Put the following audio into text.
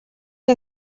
que